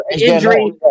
injury